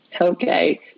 Okay